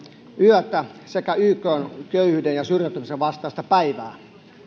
yötä sekä ykn köyhyyden ja syrjäytymisen vastaista päivää